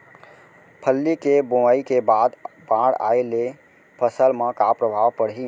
फल्ली के बोआई के बाद बाढ़ आये ले फसल मा का प्रभाव पड़ही?